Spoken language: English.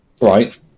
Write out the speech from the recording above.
Right